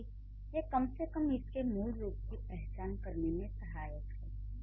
हालांकि ये कम से कम इसके मूल रूपों की पहचान करने में सहायक हैं